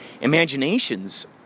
imaginations